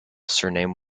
surname